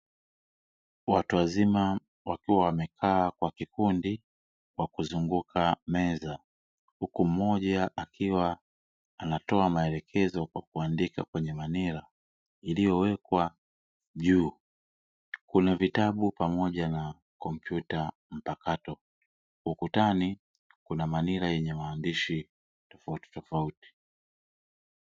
Watu wazima wakiwa wamekaa kwa kikundi kwa kuzunguka meza huku mmoja akiwa anatoa maelekezo kwa kuandika kwenye manila iliyowekwa juu, kuna vitabu pamoja na kompyuta mpakato, ukutani kuna manila yenye maandishi tofautitofauti.